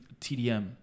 TDM